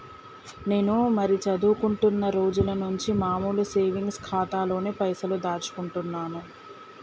నేను మరీ చదువుకుంటున్నా రోజుల నుంచి మామూలు సేవింగ్స్ ఖాతాలోనే పైసలు దాచుకుంటున్నాను